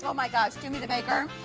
my god, jimmy the baker.